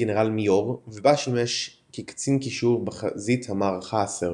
גנרל-מיור וגם בה שימש כקצין קישור בחזית המערכה הסרבית.